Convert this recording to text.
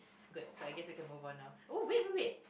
good so I guess we can move on now oh wait wait wait